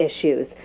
issues